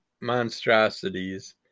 monstrosities